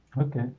Okay